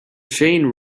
chain